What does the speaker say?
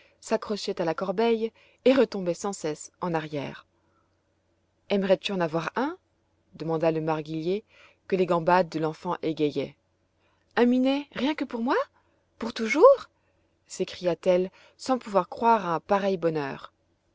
s'accrochaient à la corbeille et retombaient sans cesse en arrière aimerais-tu en avoir un demanda le marguillier que les gambades de l'enfant égayaient un minet rien que pour moi pour toujours s'écria-t-elle sans pouvoir croire à un pareil bonheur